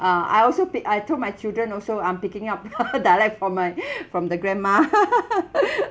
ah I also pick I told my children also I'm picking up dialect from my from the grandma